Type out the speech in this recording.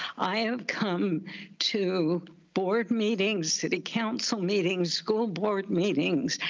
i have come to board meetings, city council meetings, school board meetings,